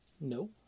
No